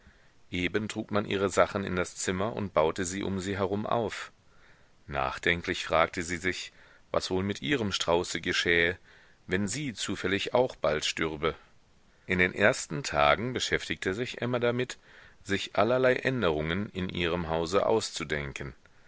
eben trug man ihr ihre sachen in das zimmer und baute sie um sie herum auf nachdenklich fragte sie sich was wohl mit ihrem strauße geschähe wenn sie zufällig auch bald stürbe in den ersten tagen beschäftigte sich emma damit sich allerlei änderungen in ihrem hause auszudenken